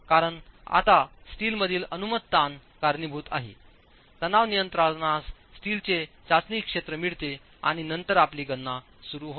कारण आता स्टीलमधील अनुमत ताण कारणीभूत आहे तणाव नियंत्रणास स्टीलचे चाचणी क्षेत्र मिळते आणि नंतर आपली गणना सुरू होते